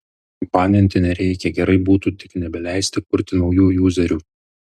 baninti nereikia gerai būtų tik nebeleisti kurti naujų juzerių